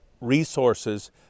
resources